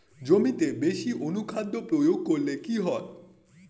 জমিতে বেশি অনুখাদ্য প্রয়োগ করলে কি হয়?